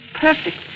perfect